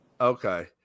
Okay